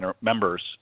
members